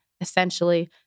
essentially